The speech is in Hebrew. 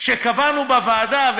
כשקבענו בוועדה,